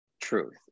truth